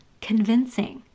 convincing